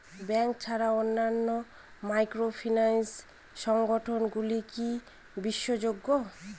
Bank ছাড়া অন্যান্য microfinance সংগঠন গুলি কি বিশ্বাসযোগ্য?